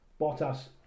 Bottas